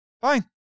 fine